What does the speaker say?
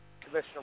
Commissioner